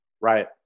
Right